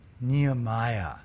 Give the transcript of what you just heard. Nehemiah